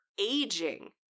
aging